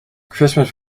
christmas